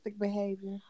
behavior